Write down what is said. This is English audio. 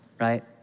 right